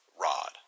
rod